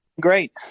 great